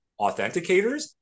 authenticators